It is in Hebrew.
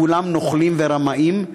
כולם נוכלים ורמאים,